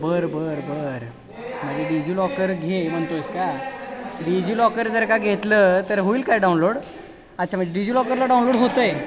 बरं बरं बरं माझे डिजीलॉकर घे म्हणतो आहेस का डिजीलॉकर जर का घेतलं तर होईल काय डाउनलोड अच्छा मी डिजिलॉकरला डाऊनलोड होतं आहे